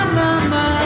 mama